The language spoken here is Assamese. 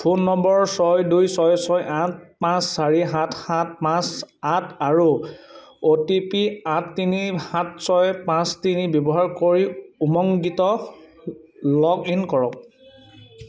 ফোন নম্বৰ ছয় দুই ছয় ছয় আঠ পাঁচ চাৰি সাত সাত পাঁচ আঠ আৰু অ' টি পি আঠ তিনি সাত ছয় পাঁচ তিনি ব্যৱহাৰ কৰি উমংগিত লগ ইন কৰক